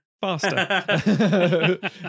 faster